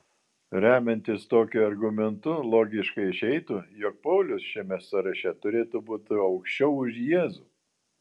remiantis tokiu argumentu logiškai išeitų jog paulius šiame sąraše turėtų būti aukščiau už jėzų